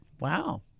Wow